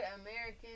American